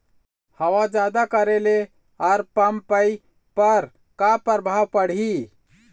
हवा जादा करे ले अरमपपई पर का परभाव पड़िही?